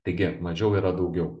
taigi mažiau yra daugiau